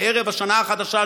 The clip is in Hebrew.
בערב השנה החדשה,